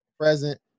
present